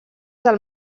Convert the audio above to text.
del